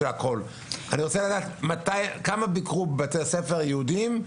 אני רוצה לדעת כמה ביקרו בבתי ספר יהודים,